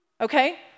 Okay